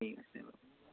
ঠিক আছে বাৰু